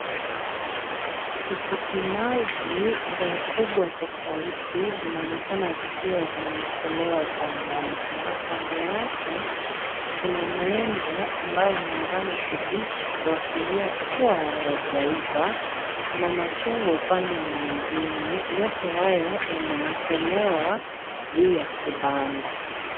Tikiti maji za ukubwa tofauti zinaonekana zikiwa zimewekelewa pamoja, kando yake kuna maembe ambayo ni ya rangi kibichi kuashiria kuwa hayajaiva, kuna machungwa upande mwingine yote haya yamewekelewa juu ya kibanda.